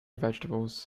vegetables